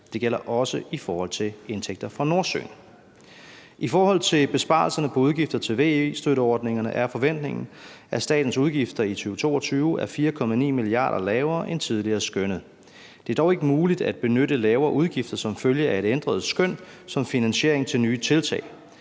Det gælder også i forhold til indtægter fra Nordsøen. I forhold til besparelserne på udgifter til VE-støtteordningerne er forventningen, at statens udgifter i 2022 er 4,9 mia. kr. lavere end tidligere skønnet. Det er dog ikke muligt at benytte lavere udgifter som følge af det ændrede skøn som finansiering til nye tiltag.